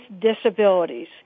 disabilities